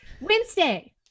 wednesday